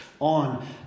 on